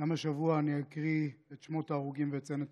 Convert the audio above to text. גם השבוע אני אקריא את שמות ההרוגים ואציין את